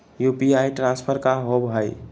UPI transfer का होव हई?